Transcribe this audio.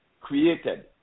created